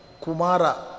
Kumara